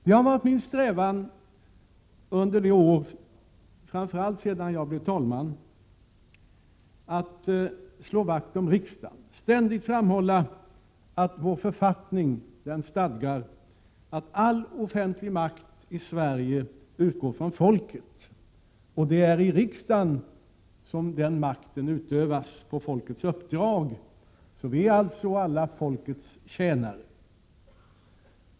Det har varit min strävan under de här åren, framför allt sedan jag blev talman, att slå vakt om riksdagen, att ständigt framhålla att vår författning stadgar att all offentlig makt i Sverige utgår från folket och att det är i riksdagen som den makten utövas på folkets uppdrag. Vi är alltså alla folkets tjänare.